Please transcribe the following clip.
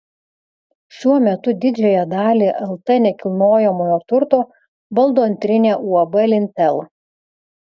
šiuo metu didžiąją dalį lt nekilnojamojo turto valdo antrinė uab lintel